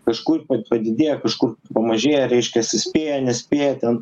kažkur padidėja kažkur pamažėja reiškias spėja nespėja ten